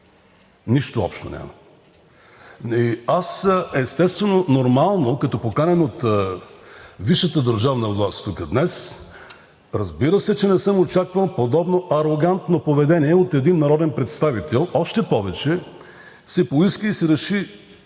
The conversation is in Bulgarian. Нищо общо няма! Аз, естествено, нормално, като поканен от висшата държавна власт тук днес, разбира се, че не съм очаквал подобно арогантно поведение от един народен представител. Още повече, поиска се и се реши